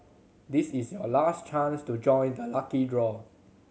this is your last chance to join the lucky draw